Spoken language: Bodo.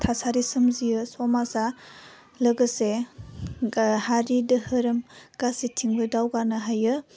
थासारि सोमजियो समाजआ लोगोसे गा हारि दोहोरोम गासिथिंबो दावगोनो हायो